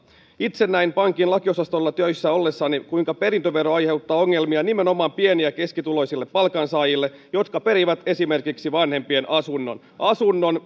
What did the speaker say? itse näin pankin lakiosastolla töissä ollessani kuinka perintövero aiheuttaa ongelmia nimenomaan pieni ja keskituloisille palkansaajille jotka perivät esimerkiksi vanhempien asunnon asunnon